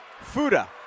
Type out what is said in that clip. Fuda